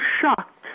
shocked